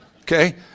Okay